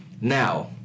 Now